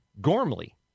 Gormley